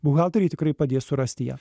buhalteriai tikrai padės surasti ją